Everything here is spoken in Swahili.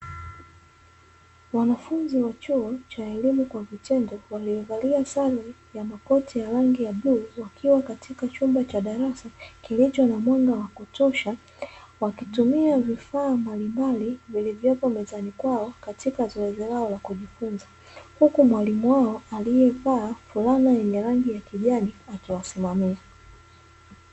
Wanafunzi wa chuo cha elimu kwa vitendo waliovalia sare ya makoti ya rangi ya bluu, wakiwa katika chumba cha darasa kilicho na mwanga wa kutosha, wakitumia vifaa mbalimbali vilivyopo mezani kwao katika zoezi lao la kujifunza. Huku mwalimu wao aliyevaa fulana yenye rangi ya kijani, akiwasimamia.